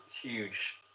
huge